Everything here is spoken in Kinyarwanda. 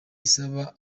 isaba